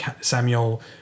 Samuel